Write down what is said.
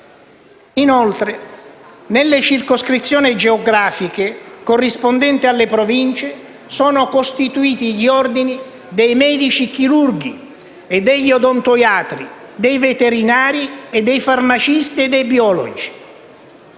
Inoltre, nelle circoscrizioni geografiche corrispondenti alle Province, sono costituiti gli Ordini dei medici-chirurghi e degli odontoiatri, dei veterinari, dei farmacisti e dei biologi.